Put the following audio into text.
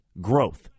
growth